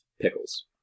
Pickles